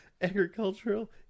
Agricultural